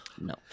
no